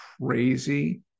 crazy